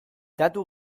datu